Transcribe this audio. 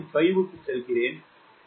5 க்கு செல்கிறேன் 0